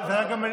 זה היה בנשיאות.